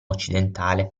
occidentale